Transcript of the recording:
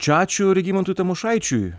čia ačiū regimantui tamošaičiui